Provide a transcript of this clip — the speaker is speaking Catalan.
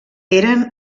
eren